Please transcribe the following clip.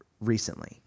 recently